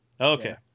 Okay